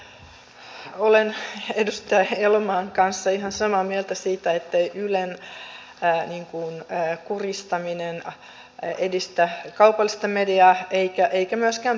olen edustaja elomaan kanssa ihan samaa mieltä siitä ettei ylen kuristaminen edistä kaupallista mediaa eikä myöskään päinvastoin